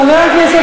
חבר הכנסת